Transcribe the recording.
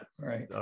Right